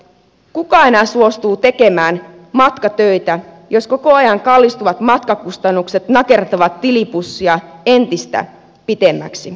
kuka enää suostuu tekemään matkatöitä jos koko ajan kallistuvat matkakustannukset nakertavat tilipussia entistä pienemmäksi